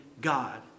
god